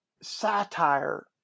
satire